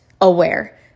aware